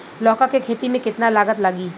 लौका के खेती में केतना लागत लागी?